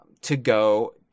to-go